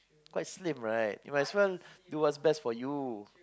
quite slim right you might as well do what's best for you